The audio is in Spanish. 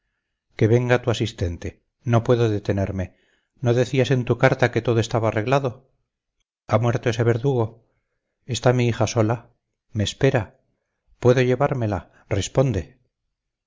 que venga tu asistente no puedo detenerme no decías en tu carta que todo estaba arreglado ha muerto ese verdugo está mi hija sola me espera puedo llevármela responde